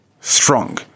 strong